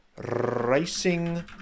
racing